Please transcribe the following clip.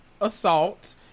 assault